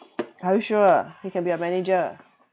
are you sure he can be a manager